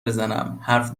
بزنم، حرف